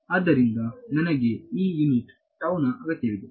ಆದ್ದರಿಂದ ನನಗೆ ಈ ಯುನಿಟ್ t ನ ಅಗತ್ಯವಿದೆ